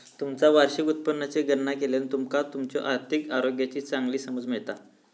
तुमचा वार्षिक उत्पन्नाची गणना केल्यान तुमका तुमच्यो आर्थिक आरोग्याची चांगली समज मिळता